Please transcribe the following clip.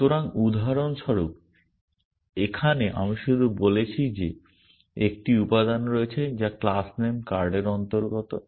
সুতরাং উদাহরণস্বরূপ এখানে আমি শুধু বলেছি যে একটি উপাদান রয়েছে যা ক্লাস নাম কার্ডের অন্তর্গত